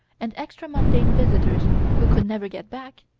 and extra-mundane visitors who could never get back,